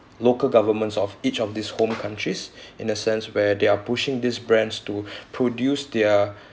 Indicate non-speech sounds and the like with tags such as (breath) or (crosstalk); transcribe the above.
local governments of each of these home countries (breath) in a sense where they're pushing these brands to (breath) produce their